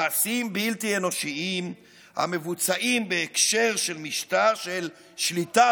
מעשים בלתי אנושיים המבוצעים בהקשר של משטר של שליטה